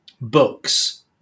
books